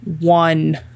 one